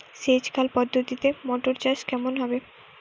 সেচ খাল পদ্ধতিতে মটর চাষ কেমন হবে?